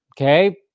okay